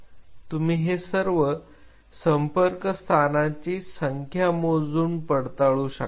तुम्ही हे सर्व संपर्क स्थानांची संख्या मोजून पडताळू शकता